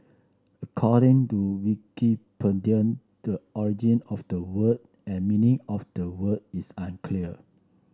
according to Wikipedia the origin of the word and meaning of the word is unclear